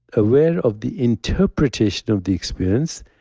aware of the interpretation of the experience,